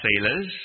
sailors